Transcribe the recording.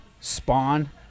spawn